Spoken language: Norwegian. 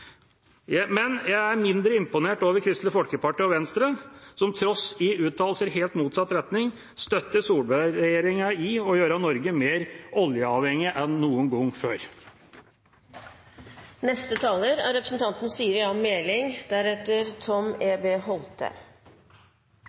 Men jeg er mindre imponert over Kristelig Folkeparti og Venstre, som tross uttalelser i helt motsatt retning, støtter Solberg-regjeringa i å gjøre Norge mer oljeavhengig enn noen gang